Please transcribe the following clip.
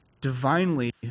divinely